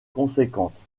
conséquente